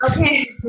Okay